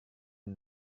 une